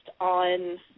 on